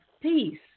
peace